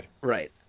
Right